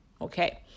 okay